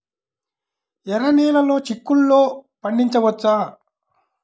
ఎర్ర నెలలో చిక్కుల్లో పండించవచ్చా?